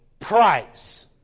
price